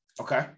Okay